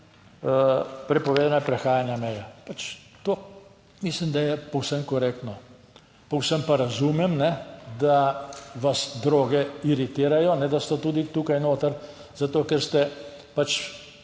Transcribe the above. prepovedane prehajanja meje. Pač to mislim, da je povsem korektno. Povsem pa razumem, da vas droge iritirajo, da so tudi tukaj noter, zato ker ste pač